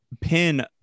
pin